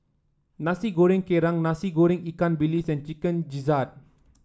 Nasi Goreng Kerang Nasi Goreng Ikan Bilis and Chicken Gizzard